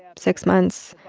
six months,